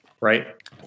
right